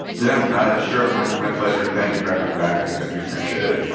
yeah sure, my my pleasure, and thank you for having me back. i do appreciate it.